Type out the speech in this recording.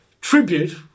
tribute